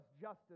justice